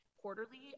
quarterly